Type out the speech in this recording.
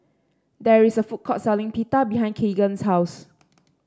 there is a food court selling Pita behind Keagan's house